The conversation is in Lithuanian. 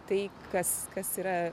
tai kas kas yra